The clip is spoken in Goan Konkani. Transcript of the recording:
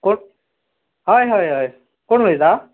हय हय हय कोण उलयता